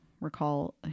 recall